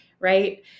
Right